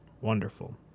Wonderful